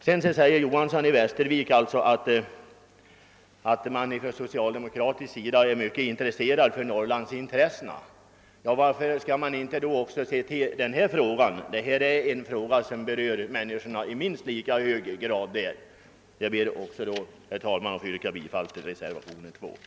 Vidare säger herr Johanson i Västervik att man från socialdemokratisk sida är mycket intresserad av Norrlandsproblemen. Varför försöker man då inte lösa denna fråga om mjölkproduktionen som berör människorna i så hög grad? Jag ber, herr talman, att få yrka bifall till reservationen 3.